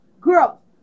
Girl